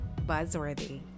Buzzworthy